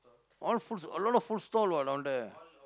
all foods a lot of food stalls what down there